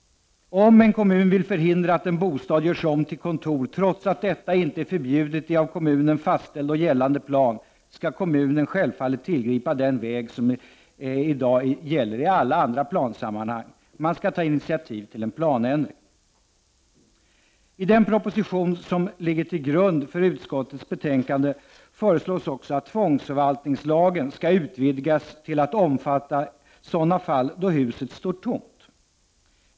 Om en kommun vill förhindra att en bostad görs om till kontor, trots att detta inte är förbjudet i av kommunen fastställd gällande plan, skall kommunen tillgripa den väg som i dag gäller i alla andra plansammanhang. Man skall ta initiativ till en planändring. I den proposition som ligger till grund för utskottets betänkande föreslås också att tvångsförvaltningslagen skall utvidgas till att omfatta sådana fall då huset står tomt.